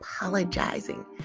apologizing